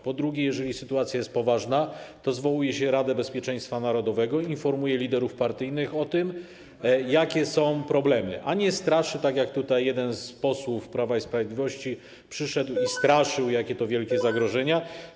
Po drugie, jeżeli sytuacja jest poważna, to zwołuje się Radę Bezpieczeństwa Narodowego i informuje się liderów partyjnych o tym, jakie są problemy, a nie straszy, tak jak jeden z posłów Prawa i Sprawiedliwości, który przyszedł i straszył, jakie to wielkie zagrożenia.